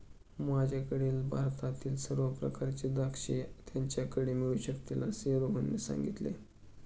माझ्याकडील भारतातील सर्व प्रकारची द्राक्षे त्याच्याकडे मिळू शकतील असे रोहनने सांगितले